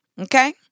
Okay